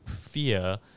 fear